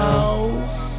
house